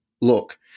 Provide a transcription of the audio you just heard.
look